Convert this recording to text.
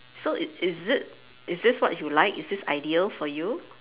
so is it is this what you like is this ideal for you